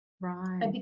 Right